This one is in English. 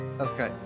Okay